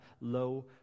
low